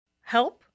Help